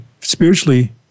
spiritually